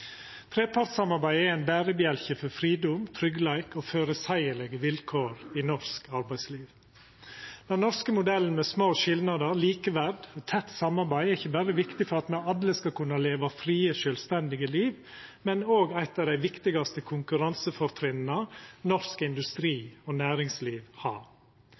Trepartssamarbeidet er ein berebjelke for fridom, tryggleik og føreseielege vilkår i norsk arbeidsliv. Den norske modellen med små skilnadar, likeverd og tett samarbeid er ikkje berre viktig for at me alle skal kunna leva frie, sjølvstendige liv, men òg eit av dei viktigaste konkurransefortrinna norsk industri og næringsliv har.